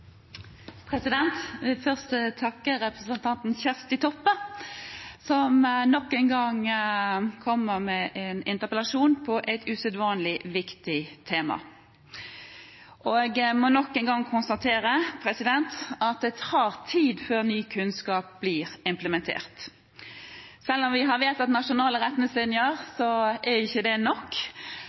Kjersti Toppe, som nok en gang kommer med en interpellasjon om et usedvanlig viktig tema. Jeg må enda en gang konstatere at det tar tid før ny kunnskap blir implementert. Selv om vi har vedtatt nasjonale retningslinjer, er ikke det nok.